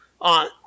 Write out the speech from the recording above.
on